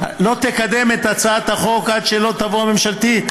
לא תקדם את הצעת החוק עד שלא תבוא הממשלתית.